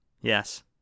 Yes